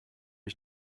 ich